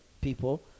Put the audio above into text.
people